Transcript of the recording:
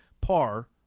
par